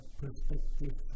perspective